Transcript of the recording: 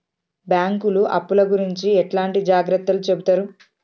బ్యాంకులు అప్పుల గురించి ఎట్లాంటి జాగ్రత్తలు చెబుతరు?